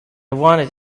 want